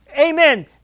Amen